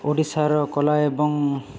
ଓଡ଼ିଶାର କଳା ଏବଂ